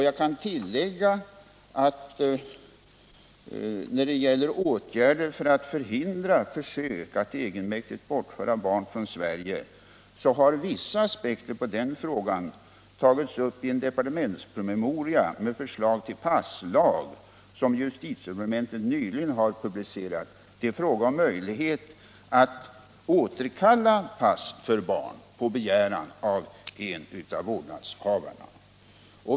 Jag kan tillägga att när det gäller åtgärder för att förhindra försök att egenmäktigt bortföra barn från Sverige har vissa aspekter på den frågan tagits upp i en departementspromemoria med förslag till passlag, som justitiedepartementet nyligen har publicerat. Det är fråga om möjlighet att återkalla pass för barn på begäran av en av vårdnadshavarna.